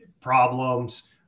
problems